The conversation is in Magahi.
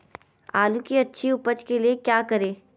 आलू की अच्छी उपज के लिए क्या करें?